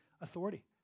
authority